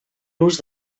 nus